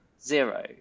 zero